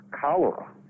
cholera